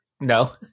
No